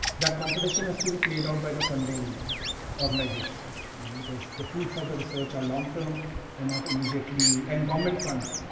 that competition has to be played out by the funding of and you know because the fruits of the research are long-term and not immediately, and government funds,